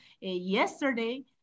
yesterday